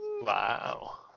Wow